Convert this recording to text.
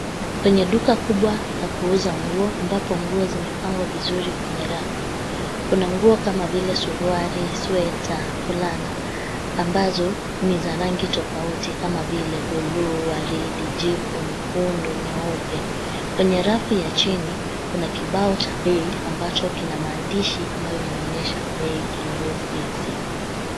Kwenye duka kubwa la kuuza nguo ambapo nguo zimepangwa vizuri kwenye rafu. Kuna nguo kama vile suruali, sweta, fulana ambazo ni za rangi tofauti kama vile buluu, waridi, jivu, nyekundu, nyeupe. Kwenye rafu ya chini kuna kibao cha bei ambacho kina maandishi ambayo inaonyesha bei ya nguo hizi.